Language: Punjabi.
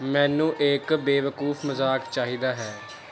ਮੈਨੂੰ ਇੱਕ ਬੇਵਕੂਫ ਮਜ਼ਾਕ ਚਾਹੀਦਾ ਹੈ